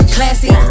Classy